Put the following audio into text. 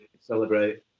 celebrate